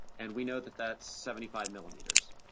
and we know that that's seventy five millimeters.